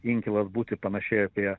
inkilas būti panašiai apie